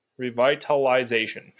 Revitalization